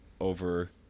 over